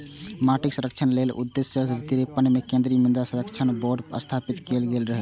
माटिक संरक्षण लेल उन्नैस सय तिरेपन मे केंद्रीय मृदा संरक्षण बोर्ड स्थापित कैल गेल रहै